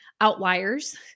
Outliers